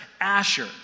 Asher